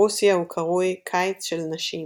ברוסיה הוא קרוי "קיץ של נשים".